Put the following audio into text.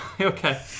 Okay